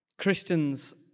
Christians